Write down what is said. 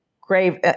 grave